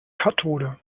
kathode